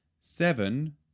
Seven